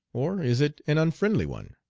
or is it an unfriendly one.